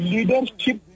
Leadership